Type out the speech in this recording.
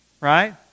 Right